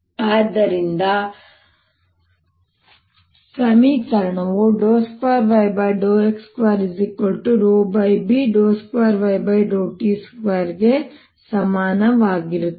ಆದ್ದರಿಂದ ಸಮೀಕರಣವು 2yx2 ρB 2yt2ಗೆ ಸಮಾನವಾಗಿರುತ್ತದೆ